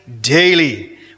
daily